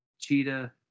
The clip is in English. Cheetah